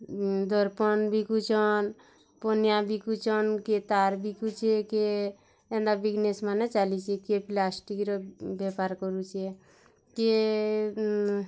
ଦର୍ପନ୍ ବିକୁଛନ୍ ପନିଆ ବିକୁଛନ୍ କିଏ ତାର୍ ବିକୁଛେ କିଏ ଏନ୍ତା ବିଜିନେସ୍ମାନେ ଚାଲିଛି କିଏ ପ୍ଲାଷ୍ଟିକ୍ର ବେପାର କରୁଛେ କିଏ